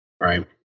Right